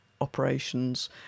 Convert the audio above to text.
operations